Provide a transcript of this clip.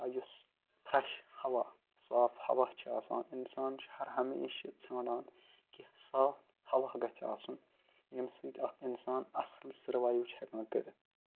یا یُس فرٛٮ۪ش ہوا صاف ہوا چھِ آسان اِنسان چھِ ہر ہمیشہِ ژھانٛڈان کیٚنہہ صاف ہوا گژھِ آسُن ییٚمہِ سۭتۍ اَکھ اِنسان اَصٕل سٔروایِو چھِ ہٮ۪کان کٔرِتھ